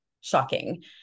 shocking